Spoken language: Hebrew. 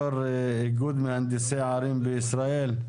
יו"ר איגוד מהנדסי ערים בישראל.